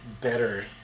Better